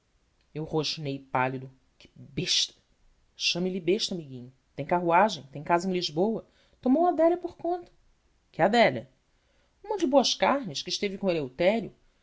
eu rosnei pálido que besta chame lhe besta amiguinho tem carruagem tem casa em lisboa tomou a adélia por conta que adélia uma de boas carnes que esteve com o eleutério